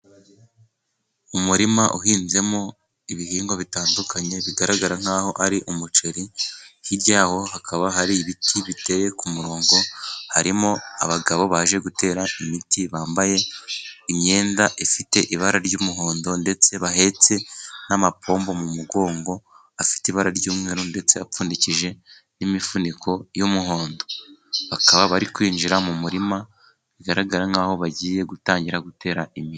Umurima uhinzemo ibihingwa bitandukanye, bigaragara nk'aho ari umuceri. Hirya y'aho hakaba hari ibiti biteye ku murongo, harimo abagabo baje gutera imiti bambaye imyenda ifite ibara ry'umuhondo, ndetse bahetse n'amapombo mu mugongo, afite ibara ry'umweru. Ndetse apfundikije n'imifuniko y'umuhondo bakaba bari kwinjira mu murima bigaragara nk'aho bagiye gutangira gutera imiti.